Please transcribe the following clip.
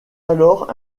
alors